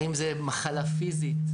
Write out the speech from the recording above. האם זה מחלה פיזית,